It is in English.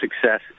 success